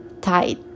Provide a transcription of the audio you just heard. tight